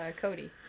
cody